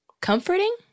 Comforting